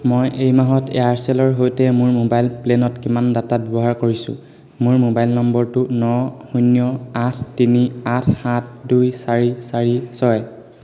মই এই মাহত এয়াৰচেলৰ সৈতে মোৰ মোবাইল প্লেনত কিমান ডাটা ব্যৱহাৰ কৰিছোঁ মোৰ মোবাইল নম্বৰটো ন শূন্য আঠ তিনি আঠ সাত দুই চাৰি চাৰি ছয়